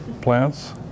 plants